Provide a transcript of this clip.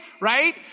right